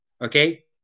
Okay